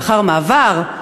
לאחר מעבר,